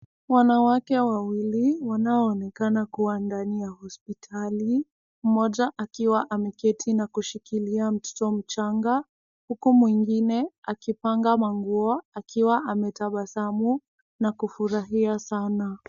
Wanawake wawili wanaonekana kuwa ndani ya hospitali, mmoja akiwa ameketi na kushikilia mtoto mchanga, huku mwingine akipanga manguo akiwa ametabasamu na kufurahia sana.